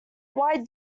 why